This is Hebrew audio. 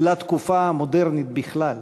לתקופה המודרנית בכלל.